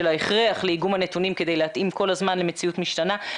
ההכרח לאיגום הנתונים כדי להתאים כל הזמן למציאות משתנה.